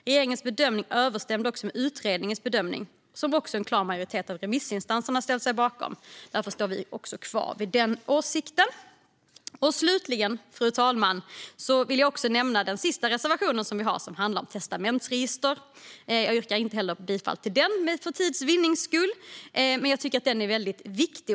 Regeringens bedömning överensstämde också med utredningens bedömning, som också en klar majoritet av remissinstanserna har ställt sig bakom. Därför står vi också kvar vid den åsikten. Fru talman! Slutligen vill jag också nämna den sista reservationen som vi har och som handlar om testamentsregister. För tids vinnande yrkar jag inte bifall till den heller. Men jag tycker att den är väldigt viktig.